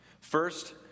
First